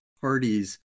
parties